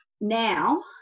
now